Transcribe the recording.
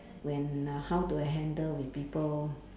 when uh how to handle with people